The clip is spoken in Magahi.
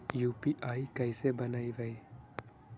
यु.पी.आई कैसे बनइबै?